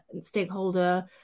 stakeholder